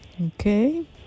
Okay